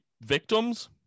victims